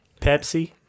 Pepsi